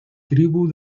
tribu